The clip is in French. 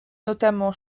notamment